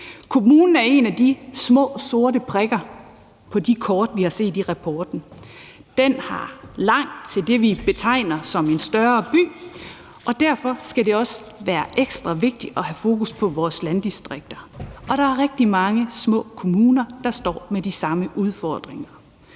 Kommunen er en af de små sorte prikker, vi har set på de kort, der er i redegørelsen. Man har her langt til det, vi betegner som en større by, og derfor skal det også være ekstra vigtigt at have fokus på vores landdistrikter, og der er rigtig mange små kommuner, der står med de samme udfordringer.